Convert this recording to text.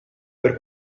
per